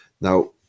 Now